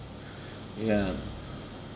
ya